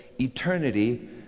eternity